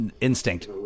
Instinct